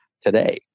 today